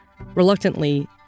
Reluctantly